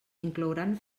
inclouran